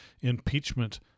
impeachment